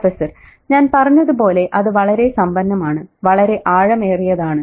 prof ഞാൻ പറഞ്ഞതുപോലെ അത് വളരെ സമ്പന്നമാണ് വളരെ ആഴമേറിയതാണ്